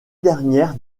dernières